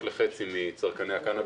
וכדי לאשר מחיר מקסימום צריך את האישור